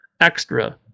extra